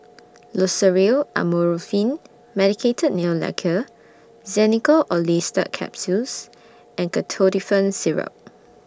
Loceryl Amorolfine Medicated Nail Lacquer Xenical Orlistat Capsules and Ketotifen Syrup